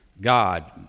God